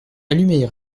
allumez